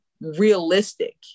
realistic